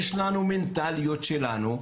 יש לנו מנטליות שלנו,